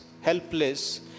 helpless